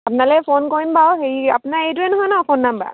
আপোনালৈ ফোন কৰিম বাৰু হেৰি আপোনাৰ এইটোৱে নহয় ন ফোন নাম্বাৰ